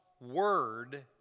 Word